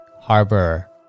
harbor